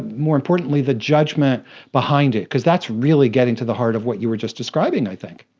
more importantly, the judgement behind it because that's really getting to the heart of what you were just describing, i think?